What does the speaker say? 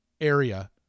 area